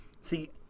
See